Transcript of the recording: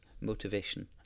motivation